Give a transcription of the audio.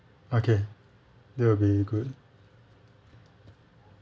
okay that will be good